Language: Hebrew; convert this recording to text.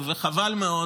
חבל מאוד